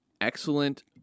excellent